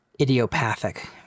Idiopathic